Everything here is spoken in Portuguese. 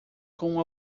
com